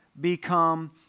become